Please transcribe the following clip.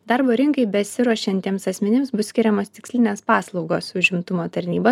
darbo rinkai besiruošiantiems asmenims bus skiriamos tikslinės paslaugos užimtumo tarnyba